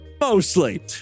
Mostly